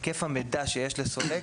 היקף המידע שיש לסולק,